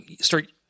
start